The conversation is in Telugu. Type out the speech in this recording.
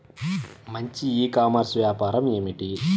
మంచి ఈ కామర్స్ వ్యాపారం ఏమిటీ?